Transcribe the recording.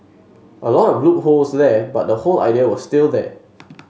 a lot of loopholes there but the whole idea was still there